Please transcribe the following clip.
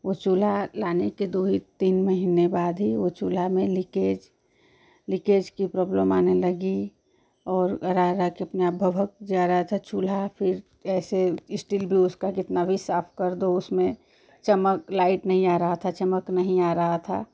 वो चूल्हा लाने के दो ही तीन महीने बाद ही वह चूल्हा में लीकेज लीकेज की प्रोब्लेम आने लगी और रह रह कर अपने आप भभक जा रहा था चूल्हा फिर ऐसे इस्टिल भी उसका जितना भी साफ कर दो उसमें चमक लाइट नहीं आ रहा था चमक नहीं आ रहा था